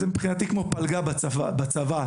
זה מבחינתי כמו פלגה בצבא,